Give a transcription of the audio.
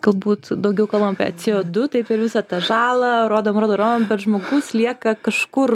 galbūt daugiau kalbam apie c o du taip ir visą tą žalą rodom rodom rodom bet žmogus lieka kažkur